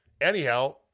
Anyhow